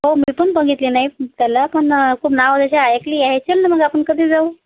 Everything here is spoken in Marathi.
हो मी पण बघितलं नाही त्याला पण खूप नाव तसे ऐकली आहे चल ना मग आपण कधी जाऊ